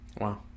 Wow